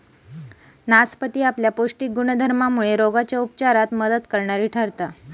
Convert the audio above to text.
नासपती आपल्या पौष्टिक गुणधर्मामुळे रोगांच्या उपचारात मदत करणारी ठरता